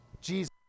Jesus